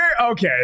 Okay